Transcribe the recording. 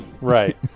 Right